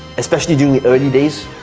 especially during the early days,